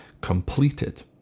completed